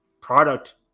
product